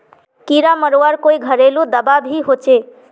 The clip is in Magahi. कीड़ा मरवार कोई घरेलू दाबा भी होचए?